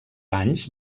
anys